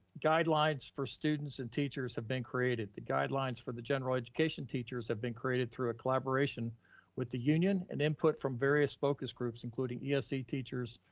guidelines for students and teachers have been created. the guidelines for the general education teachers have been created through a collaboration with the union and input from various focus groups, including esa teachers,